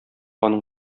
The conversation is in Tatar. аның